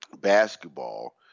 basketball